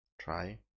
Try